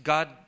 God